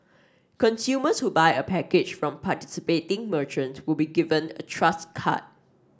consumers who buy a package from participating merchant will be given a Trust card